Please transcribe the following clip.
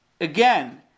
again